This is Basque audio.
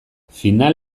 final